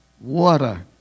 water